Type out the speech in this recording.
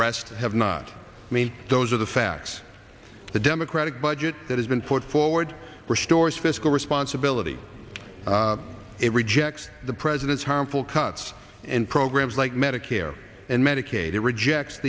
rest have not me those are the facts the democratic budget that has been put forward restores fiscal responsibility it rejects the president's harmful cuts in programs like medicare and medicaid it rejects